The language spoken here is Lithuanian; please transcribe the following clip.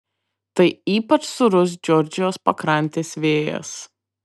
tai ypač sūrus džordžijos pakrantės vėjas